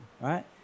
right